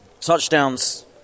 Touchdowns